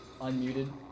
unmuted